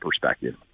perspective